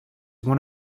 one